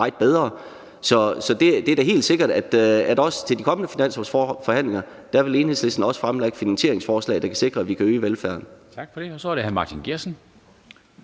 meget bedre. Så det er da helt sikkert, at også til de kommende finanslovsforhandlinger vil Enhedslisten også fremlægge finansieringsforslag, der kan sikre, at vi kan øge velfærden. Kl. 10:53 Formanden